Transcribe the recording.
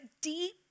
deep